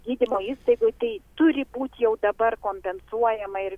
gydymo įstaigoj tai turi būt jau dabar kompensuojama ir